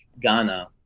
Ghana